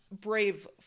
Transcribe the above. brave